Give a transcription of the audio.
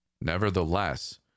Nevertheless